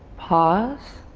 pause.